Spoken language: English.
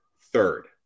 third